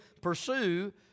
Pursue